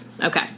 Okay